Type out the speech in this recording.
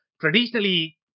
traditionally